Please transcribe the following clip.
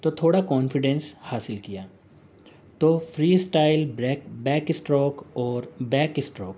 تو تھوڑا کانفیڈینس حاصل کیا تو freestyle breast backstroke اور بیک اسٹروک